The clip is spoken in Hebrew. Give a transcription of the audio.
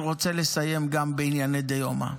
אני רוצה לסיים גם בענייני דיומא.